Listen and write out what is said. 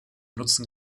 nutzen